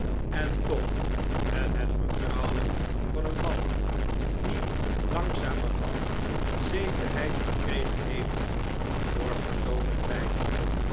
en toch met het vertrouwen van een man die langzamerhand zekerheid verkregen heeft door persoonlijk ljjden